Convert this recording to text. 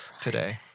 today